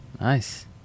Nice